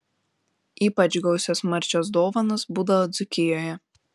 ypač gausios marčios dovanos būdavo dzūkijoje